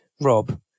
Rob